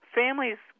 families